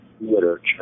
literature